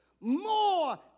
more